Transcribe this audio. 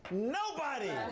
nobody.